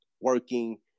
working